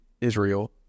Israel